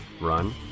run